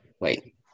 Wait